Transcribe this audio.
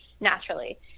naturally